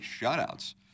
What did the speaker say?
shutouts